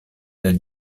del